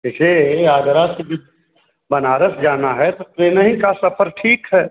जैसे आगरा से भी बनारस जाना है तो ट्रेन ही का सफर ठीक है